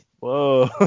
Whoa